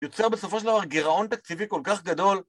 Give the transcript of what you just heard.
יוצר בסופו של דבר גירעון תקציבי כל כך גדול...